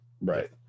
Right